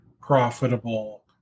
profitable